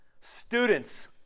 students